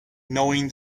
knowing